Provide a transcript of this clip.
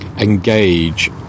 Engage